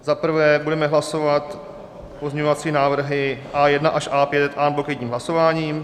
Za prvé budeme hlasovat pozměňovací návrhy A1 až A5, en bloc jedním hlasováním.